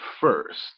first